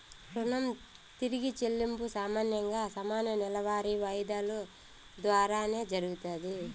రుణం తిరిగి చెల్లింపు సామాన్యంగా సమాన నెలవారీ వాయిదాలు దోరానే జరగతాది